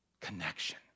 connection